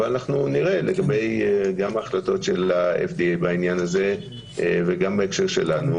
אבל אנחנו נראה גם לגבי ההחלטות של ה-FDA בעניין הזה וגם בהקשר שלנו,